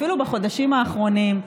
אפילו בחודשים האחרונים.